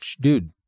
dude